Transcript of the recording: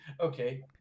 Okay